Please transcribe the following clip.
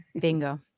bingo